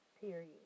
Period